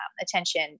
attention